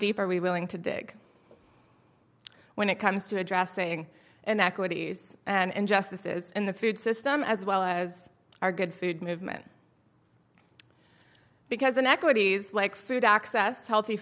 deep are we willing to dig when it comes to addressing and equities and injustices in the food system as well as our good food movement because in equities like food access to healthy